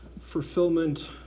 fulfillment